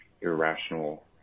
irrational